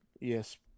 Yes